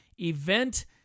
event